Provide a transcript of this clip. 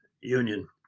Union